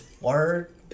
Word